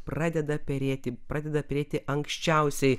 pradeda perėti pradeda perėti anksčiausiai